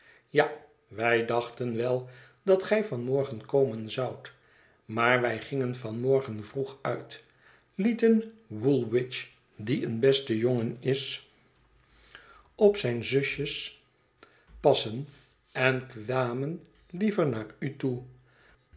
ja wij dachten wel dat gij van morgen komen zoudt maar wij gingen van morgen vroeg uit lieten woolwich die een beste jongen is op zijne zusjes passen en kwamen liever naar u toe